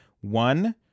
One